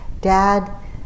Dad